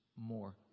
more